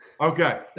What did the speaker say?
Okay